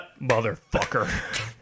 motherfucker